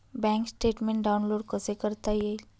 Bank statement download कसे करता येईल?